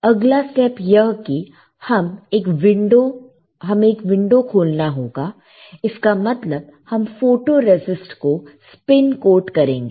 अगला स्टेप यह है कि हमें एक विंडो खोलना होगा इसका मतलब हम फोटोरेसिस्ट को स्पिन कोट करेंगे